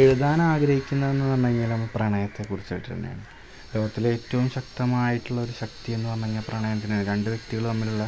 എഴുതാനാഗ്രഹിക്കുന്നതെന്നു പറഞ്ഞു കഴിഞ്ഞാൽ പ്രണയത്തെക്കുറിച്ചിട്ട് തന്നെയാണ് ലോകത്തിലെ ഏറ്റവും ശക്തമായിട്ടുള്ളൊരു ശക്തിയെന്നു പറഞ്ഞു കഴിഞ്ഞാൽ പ്രണയത്തിനു തന്നെയാണ് രണ്ട് വ്യക്തികൾ തമ്മിലുള്ള